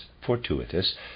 fortuitous